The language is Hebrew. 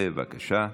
בבקשה.